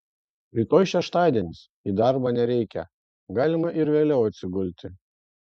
rytoj šeštadienis į darbą nereikia galima ir vėliau atsigulti